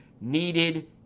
needed